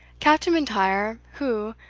captain m'intyre, who,